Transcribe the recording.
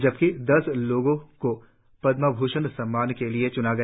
जबकि दस लोगों को पद्मा भूषण सम्मान के लिए चुना गया